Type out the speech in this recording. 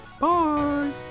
Bye